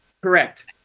Correct